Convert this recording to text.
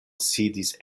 sidis